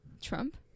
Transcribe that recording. Trump